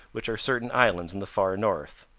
which are certain islands in the far north.